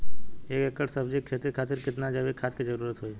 एक एकड़ सब्जी के खेती खातिर कितना जैविक खाद के जरूरत होई?